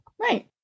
Right